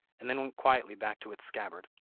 and then went quietly back to its scabbard.